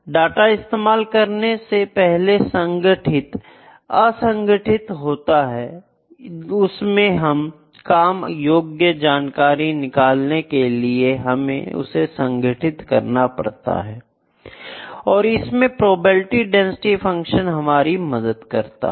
data इस्तेमाल करने से पहले असंगठित होता है उसमें से काम योग्य जानकारी निकालने के लिए हमें उसे संगठित करना पड़ता है और इसमें प्रोबेबिलिटी डेंसिटी फंक्शन हमारी मदद करता है